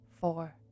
four